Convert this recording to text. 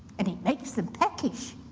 and it makes them peckish.